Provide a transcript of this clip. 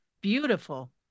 Beautiful